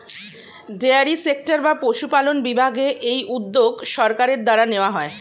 dairy sector বা পশুপালন বিভাগে এই উদ্যোগ সরকারের দ্বারা নেওয়া হয়